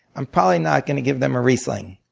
i'm probably not going to give them a riesling.